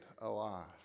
alive